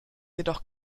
jedoch